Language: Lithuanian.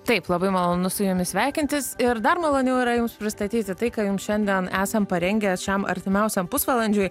taip labai malonu su jumis sveikintis ir dar maloniau yra jums pristatyti tai ką jums šiandien esam parengę šiam artimiausiam pusvalandžiui